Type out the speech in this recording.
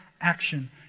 action